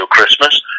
Christmas